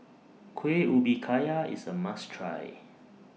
Kueh Ubi Kayu IS A must Try